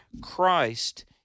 Christ